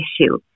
issue